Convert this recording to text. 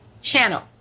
channel